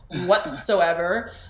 whatsoever